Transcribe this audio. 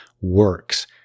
works